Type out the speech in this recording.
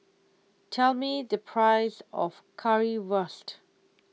tell me the price of Currywurst